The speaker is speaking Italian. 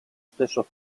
stesso